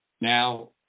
Now